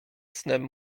snem